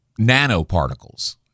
nanoparticles